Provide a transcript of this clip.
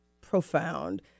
profound